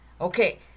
Okay